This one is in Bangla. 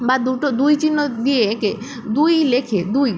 বা দুটো দুই চিহ্ন দিয়ে এঁকে দুই লেখে দুই